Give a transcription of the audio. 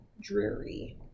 dreary